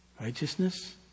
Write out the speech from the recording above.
Righteousness